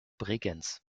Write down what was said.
bregenz